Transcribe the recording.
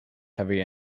heavy